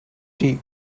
tea